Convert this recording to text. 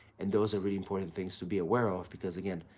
and those are really important things to be aware of because again,